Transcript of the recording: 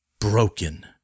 broken